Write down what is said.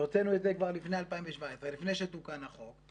הוצאנו את זה כבר לפני 2017, לפני שתוקן החוק,